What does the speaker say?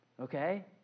okay